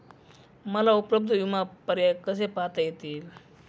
मला उपलब्ध विमा पर्याय कसे पाहता येतील?